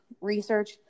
research